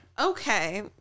Okay